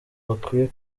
bakwiye